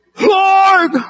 Lord